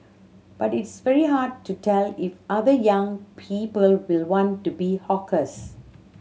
but it's very hard to tell if other young people will want to be hawkers